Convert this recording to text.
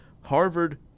Harvard